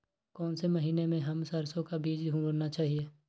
कौन से महीने में हम सरसो का बीज बोना चाहिए?